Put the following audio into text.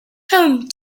home